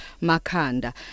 Makanda